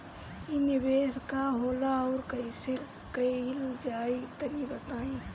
इ निवेस का होला अउर कइसे कइल जाई तनि बताईं?